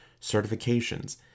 certifications